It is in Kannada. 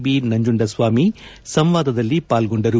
ಬಿ ನಂಜುಂಡಸ್ವಾಮಿ ಸಂವಾದದಲ್ಲಿ ಪಾಲ್ಗೊಂಡರು